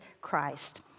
Christ